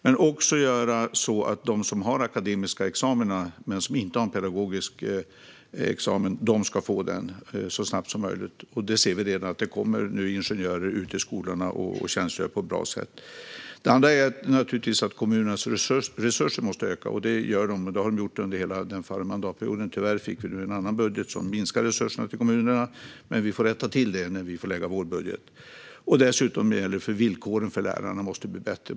Men det handlar också om att de som har en akademisk examen men inte en pedagogisk examen ska få en sådan så snabbt som möjligt. Vi ser redan nu att det kommer ut ingenjörer i skolorna som tjänstgör på bra sätt. Sedan måste naturligtvis kommunernas resurser öka. Det har de gjort under hela den förra mandatperioden. Tyvärr fick vi nu en annan budget som gör att resurserna till kommunerna minskar, men vi får rätta till det när vi lägger fram vår budget. Dessutom måste villkoren för lärarna bli bättre.